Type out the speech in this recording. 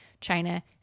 China